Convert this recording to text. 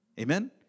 Amen